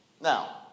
Now